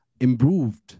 improved